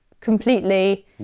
completely